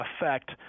effect